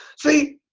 see,